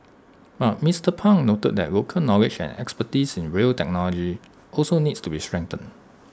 but Mister pang noted that local knowledge and expertise in rail technology also needs to be strengthened